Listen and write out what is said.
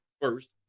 first